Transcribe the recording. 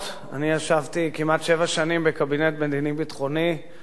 בקבינט מדיני-ביטחוני ובישיבות ממשלה רגישות,